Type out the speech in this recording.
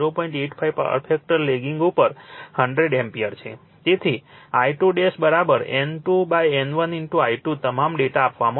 85 power factor lagging ઉપર 100 ampere છે તેથી I2 N2 N1 I2 તમામ ડેટા આપવામાં આવે છે